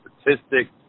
statistics